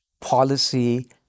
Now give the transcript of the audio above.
policy